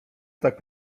tak